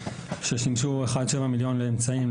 ששימשו 1.7 מיליון לאמצעים,